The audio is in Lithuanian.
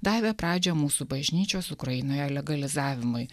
davė pradžią mūsų bažnyčios ukrainoje legalizavimui